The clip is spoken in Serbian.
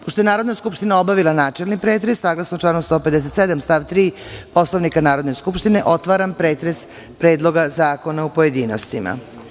Pošto je Narodna skupština obavila načelni pretres, saglasno članu 157. stav 3. Poslovnika Narodne skupštine, otvaram pretres Predloga zakona u pojedinostima.